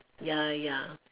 ya ya